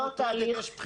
לא התהליך,